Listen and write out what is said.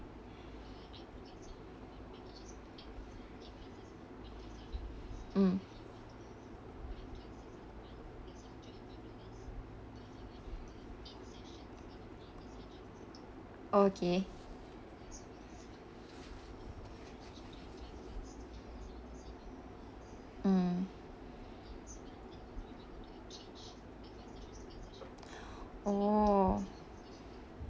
mm okay mm oh